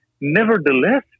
Nevertheless